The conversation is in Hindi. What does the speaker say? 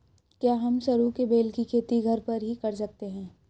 क्या हम सरू के बेल की खेती घर पर ही कर सकते हैं?